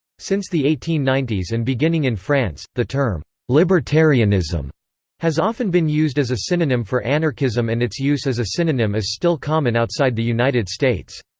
since the eighteen ninety s and beginning in france, the term libertarianism has often been used as a synonym for anarchism and its use as a synonym is still common outside the united states.